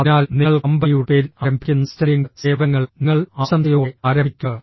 അതിനാൽ നിങ്ങൾ കമ്പനിയുടെ പേരിൽ ആരംഭിക്കുന്ന സ്റ്റെർലിംഗ് സേവനങ്ങൾ നിങ്ങൾ ആശംസയോടെ ആരംഭിക്കുക